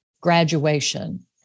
graduation